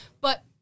But-